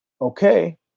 Okay